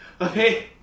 okay